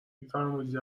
فرمودید